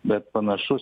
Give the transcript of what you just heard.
bet panašus